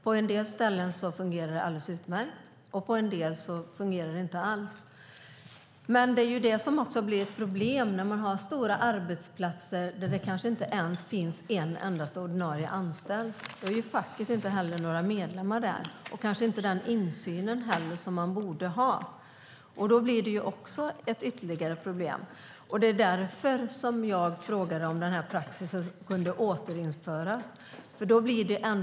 På en del ställen fungerar det alldeles utmärkt och på andra ställen fungerar det inte alls. Men det kan bli problem på stora arbetsplatser där det kanske inte ens finns en endaste ordinarie anställd. Då har ju inte heller facket några medlemmar där och inte heller den insyn som det borde ha. Det bidrar också till problemen. Det var därför som jag frågade om denna praxis kunde återinföras.